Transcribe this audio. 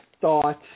thought